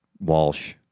Walsh